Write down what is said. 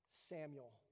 Samuel